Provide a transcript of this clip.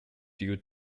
due